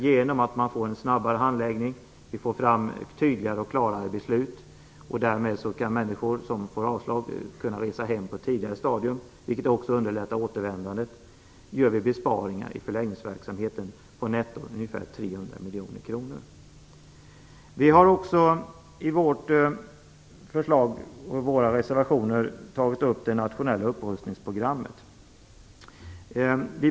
Genom att det blir en snabbare handläggning och genom att man får fram snabbare och tydligare beslut kan människor som får avslag resa hem på ett tidigare stadium, vilket också underlättar återvändandet. Därmed gör man en nettobesparing i förläggningsverksamheten på ca 300 miljoner kronor. I vårt förslag och i våra reservationer har vi också tagit upp det nationella upprustningsprogrammet.